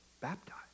baptized